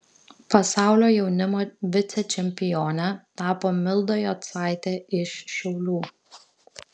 pasaulio jaunimo vicečempione tapo milda jocaitė iš šiaulių